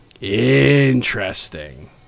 Interesting